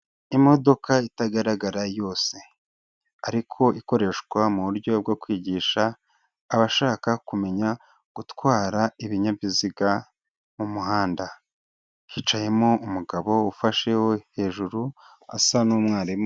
Imodoka itagaragara yose ariko ikoreshwa mu buryo bwo kwigisha abashaka kumenya gutwara ibinyabiziga mu muhanda, hicayemo umugabo ufashe ho hejuru asa n'umwarimu.